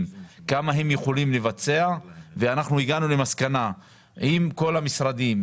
כמה הם יכולים לבצע והגענו למסקנה - עם כל המשרדים,